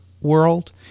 world